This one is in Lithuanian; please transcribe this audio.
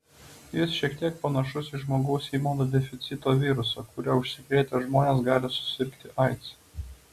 jis šiek tiek panašus į žmogaus imunodeficito virusą kuriuo užsikrėtę žmonės gali susirgti aids